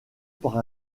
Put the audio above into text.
par